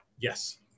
Yes